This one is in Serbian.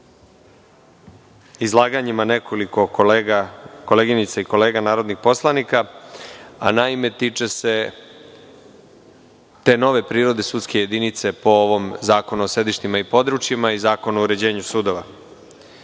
izlaganjima nekoliko koleginica i kolega narodnih poslanika, a naime tiče se te nove prirode sudske jedinice po ovom zakonu o sedištima i područjima i zakonu o uređenju sudova.